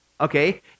okay